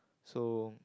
so